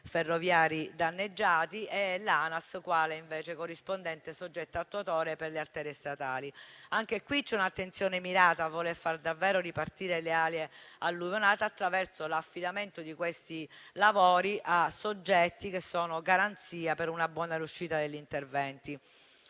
ferroviari danneggiati, e l'ANAS, quale corrispondente soggetto attuatore per le arterie statali. Anche qui c'è un'attenzione mirata a voler far davvero ripartire le aree alluvionate attraverso l'affidamento di questi lavori a soggetti che sono garanzia per una buona riuscita degli interventi.